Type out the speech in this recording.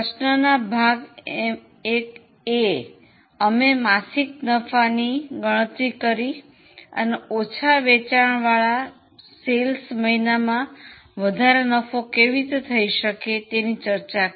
પ્રશ્નના ભાગ એમાં અમે માસિક નફાની ગણતરી કરી અને ઓછા વેચાણવાળા મહિનામાં વધારે નફો કેવી રીતે થઈ શકે તેની ચર્ચા કરી